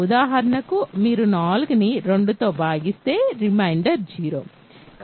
ఉదాహరణకు మీరు 4ని 2తో భాగిస్తే రిమైండర్ 0